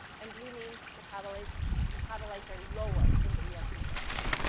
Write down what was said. and blue means metabolites metabolites are lower in the emt subtype.